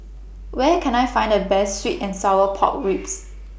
Where Can I Find The Best Sweet and Sour Pork Ribs